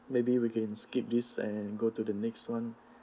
maybe we can skip this and go to the next one